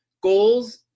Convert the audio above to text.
goals